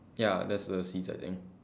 ya that's the seeds I think